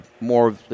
more